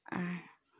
ਐਂ